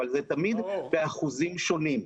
אבל זה תמיד באחוזים שונים,